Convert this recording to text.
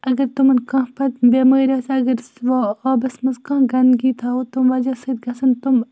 اگر تمَن کانٛہہ پَتہٕ بٮ۪مٲرۍ آسہِ اَگر سٔہ وا آبَس منٛز کانٛہہ گنٛدگی تھاوَو تم وَجہ سۭتۍ گَژھن تم